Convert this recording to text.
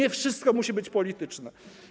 Nie wszystko musi być polityczne.